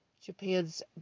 Japan's